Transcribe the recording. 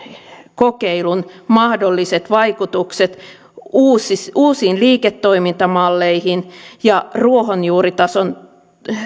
kokeilun mahdolliset vaikutukset uusiin uusiin liiketoimintamalleihin ja ruohonjuuritason